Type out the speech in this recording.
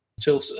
till